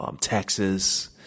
Texas